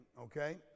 Okay